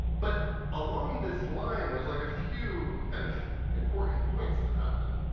but along this line, there's like a few kind of important points that happen.